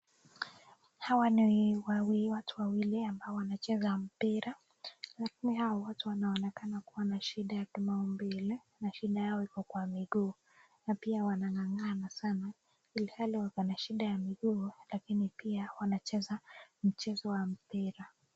hawa ni watu wawili ambao wanacheza mpira lakini hao watu wanaonekana kuwa nashida ya kimaumbile nashida yao iko kwa migii na pia wanangangana sana ilihaliwako nashida ya miguu lakini pia wanacheza mchezo wa mpira.